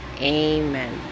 Amen